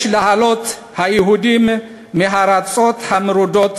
יש להעלות היהודים מהארצות המרודות